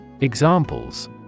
Examples